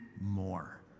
more